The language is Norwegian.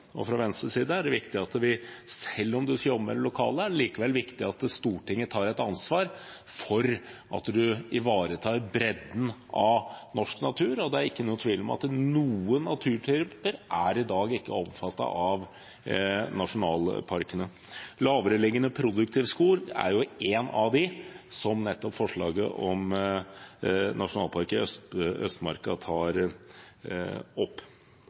Fra Venstres side er det viktig at Stortinget, selv om vi skal jobbe med de lokale, likevel tar et ansvar for at man ivaretar bredden av norsk natur, og det er ikke noen tvil om at noen naturtyper i dag ikke er omfattet av nasjonalparkene. Lavereliggende, produktiv skog er en av dem, som nettopp forslaget om nasjonalpark i Østmarka tar opp.